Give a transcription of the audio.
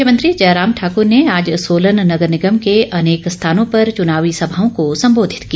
मुख्यमंत्री जयराम ठाकर ने आज सोलन नगर निगम के अनेक स्थानों पर चुनावी सभाओं को संर्बोधित किया